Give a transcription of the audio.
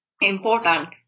important